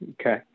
Okay